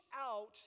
out